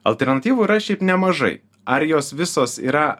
alternatyvų yra šiaip nemažai ar jos visos yra